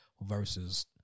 versus